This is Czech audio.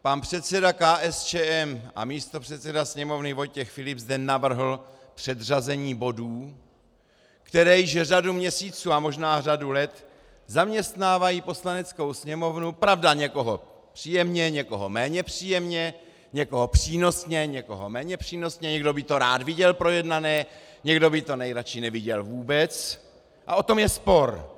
Pan předseda KSČM a místopředseda Sněmovny Vojtěch Filip zde navrhl předřazení bodů, které již řadu měsíců a možná řadu let zaměstnávají Poslaneckou sněmovnu, pravda, někoho příjemně, někoho méně příjemně, někoho přínosně, někoho méně přínosně, někdo by to rád viděl projednané, někdo by to nejradši neviděl vůbec, a o tom je spor.